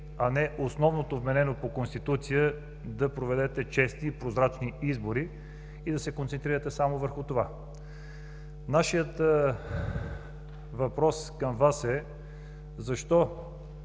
а не основното вменено по Конституция – да проведете честни и прозрачни избори и да се концентрирате само върху това. Нашият въпрос към Вас е: защо